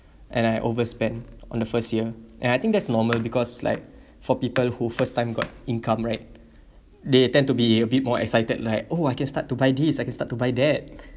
and I overspend on the first year and I think that's normal because like for people who first time got income right they tend to be a bit more excited like oh I can start to buy this I can start to buy that